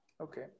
okay